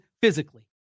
physically